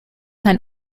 ein